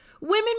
women